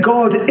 God